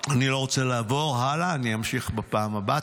אני לא רוצה לעבור הלאה, אני אמשיך בפעם הבאה.